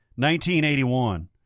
1981